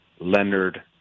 Leonard